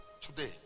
Today